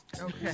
Okay